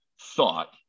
thought